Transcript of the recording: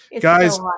guys